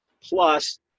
plus